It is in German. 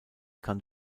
kann